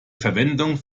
verwendung